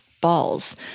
balls